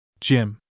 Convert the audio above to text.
Jim